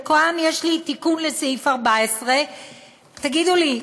וכאן יש לי תיקון לסעיף 14. תגידו לי,